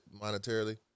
monetarily